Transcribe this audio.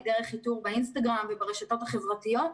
דרך האיתור באינסטגרם וברשתות החברתיות.